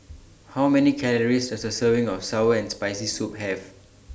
How Many Calories Does A Serving of Sour and Spicy Soup Have